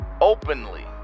openly